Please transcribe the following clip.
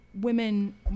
women